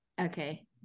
okay